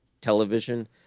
television